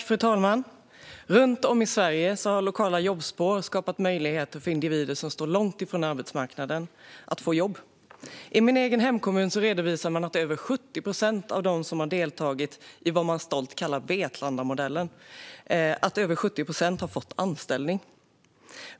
Fru talman! Runt om i Sverige har lokala jobbspår skapat möjligheter för individer som står långt ifrån arbetsmarknaden att få jobb. I min egen hemkommun redovisar man att över 70 procent av dem som har deltagit i vad man stolt kallar för Vetlandamodellen har fått anställning.